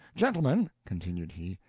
gentlemen, continued he,